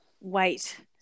wait